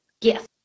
Yes